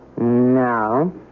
No